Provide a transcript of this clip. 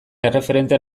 erreferente